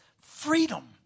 freedom